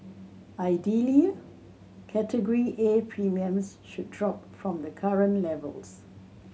ideally Category A premiums should drop from the current levels